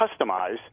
customize